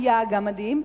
היה אגם מדהים,